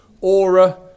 aura